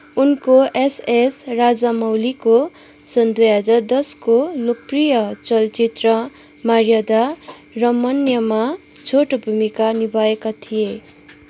उनले एसएस राजामौलीको सन् दुई हजार दसको लोकप्रिय चलचित्र मार्यादा रामन्नामा छोटो भूमिका निभाएका थिए